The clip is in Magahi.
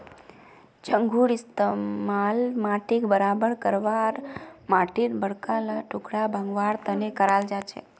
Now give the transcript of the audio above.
चंघूर इस्तमाल माटीक बराबर करवा आर माटीर बड़का ला टुकड़ा भंगवार तने कराल जाछेक